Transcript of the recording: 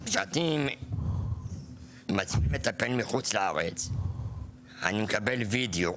כשאני מזמינים מטפל מחוץ לארץ אני מקבל וידאו,